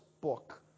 book